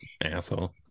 Asshole